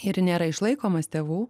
ir nėra išlaikomas tėvų